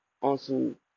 awesome